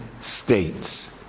states